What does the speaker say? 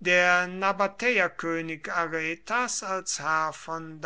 der nabatäerkönig aretas als herr von